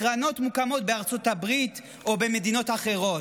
הקרנות מוקמות בארצות הברית או במדינות אחרות.